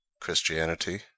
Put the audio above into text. Christianity